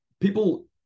people